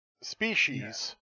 Species